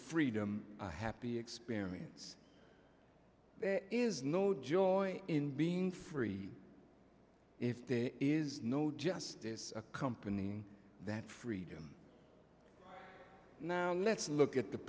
freedom a happy experience is no joy in being free if there is no justice a company that freedom now let's look at the